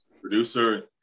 producer